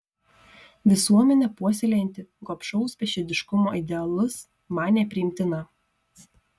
visuomenė puoselėjanti gobšaus beširdiškumo idealus man nepriimtina